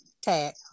Tag